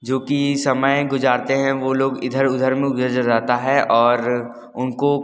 जो की समय गुजारते हैं वो लोग इधर उधर में गुजर जाता है और उनको